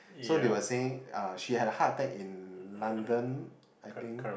so they were saying uh she had a heart attack in London I think